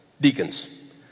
deacons